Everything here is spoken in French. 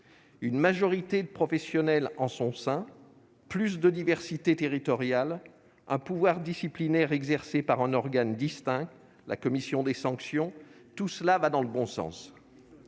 Une majorité de professionnels en son sein, plus de diversité territoriale, un pouvoir disciplinaire exercé par un organe distinct, la commission des sanctions : toutes ces dispositions vont dans le bon sens.